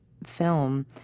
Film